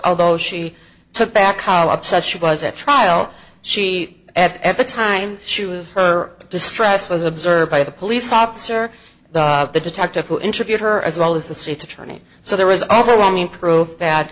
although she took back how upset she was at trial she at the time she was her distress was observed by the police officer the detective who interviewed her as well as the state's attorney so there was overwhelming pro